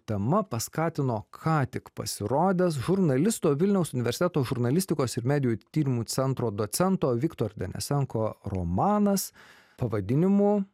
tema paskatino ką tik pasirodęs žurnalisto vilniaus universiteto žurnalistikos ir medijų tyrimų centro docento viktor denesenko romanas pavadinimu